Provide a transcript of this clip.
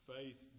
Faith